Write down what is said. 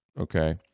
okay